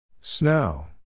Snow